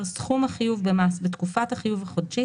סכום החיוב במס בתקופת החיוב החודשית,